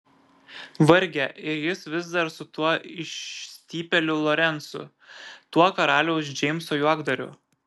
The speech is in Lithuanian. varge ir jis vis dar su tuo išstypėliu lorencu tuo karaliaus džeimso juokdariu